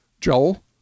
Joel